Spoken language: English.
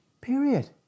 Period